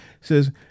Says